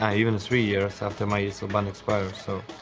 ah even three years after my esl ban expires. so.